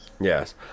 Yes